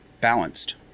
balanced